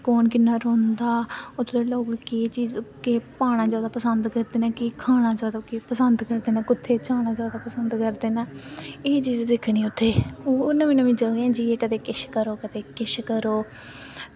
कु'न किन्ना रौह्ंदा होर की केह् चीज केह् पाना चाहिदा पसंद करदे न की केह् खाना केह् जादा पसंद करदे न जाना जादा कुत्थें पसंद करदे न एह् चीजां दिक्खनियां उत्थें ओह् नमीं नमीं जगह जाइयै कदें किश करो कदें किश करो